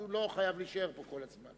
הוא לא חייב להישאר פה כל הזמן.